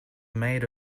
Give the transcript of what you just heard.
made